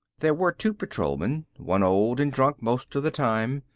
there were two patrolmen. one old and drunk most of the time.